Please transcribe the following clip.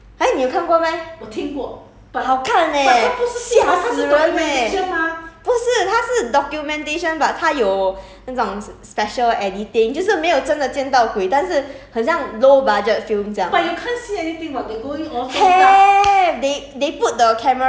ya !huh! 你有看过 meh but 好看 leh 吓死人 leh 不是它是 documentation but 它有那种 sp~ special editing 就是没有真的见到鬼但是很像 low budget film 这样